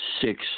six